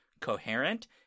coherent